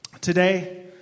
Today